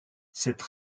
cette